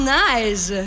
nice